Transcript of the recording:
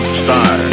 star